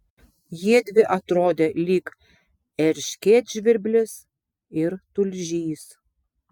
jiedvi atrodė lyg erškėtžvirblis ir tulžys